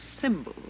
symbol